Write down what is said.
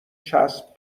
چسب